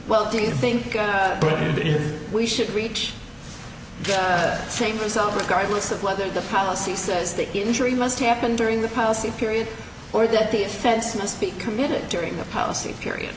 well do you think it is we should reach the same result regardless of whether the policy says that the injury must happen during the policy period or that the offense misspeak committed during the policy period